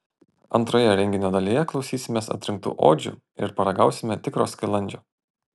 antroje renginio dalyje klausysimės atrinktų odžių ir paragausime tikro skilandžio